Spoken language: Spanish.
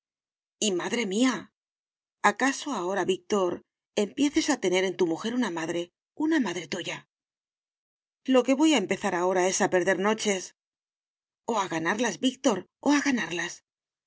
madre mía acaso ahora víctor empieces a tener en tu mujer una madre una madre tuya lo que voy a empezar ahora es a perder noches o a ganarlas víctor o a ganarlas